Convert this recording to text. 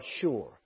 sure